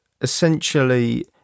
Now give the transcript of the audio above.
essentially